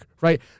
right